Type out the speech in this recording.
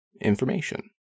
information